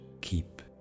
keep